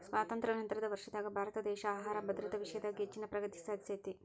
ಸ್ವಾತಂತ್ರ್ಯ ನಂತರದ ವರ್ಷದಾಗ ಭಾರತದೇಶ ಆಹಾರ ಭದ್ರತಾ ವಿಷಯದಾಗ ಹೆಚ್ಚಿನ ಪ್ರಗತಿ ಸಾಧಿಸೇತಿ